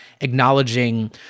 acknowledging